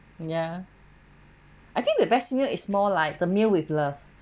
ya I think the best meal is more like the meal with love